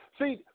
See